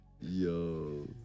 yo